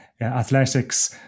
Athletics